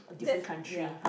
that ya